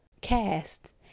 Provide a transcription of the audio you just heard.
cast